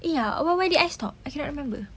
!aiya! where where did I stop I cannot remember